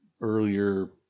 earlier